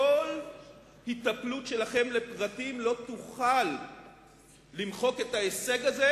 כל היטפלות שלכם לפרטים לא תוכל למחוק את ההישג הזה,